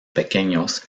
pequeños